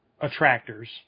attractors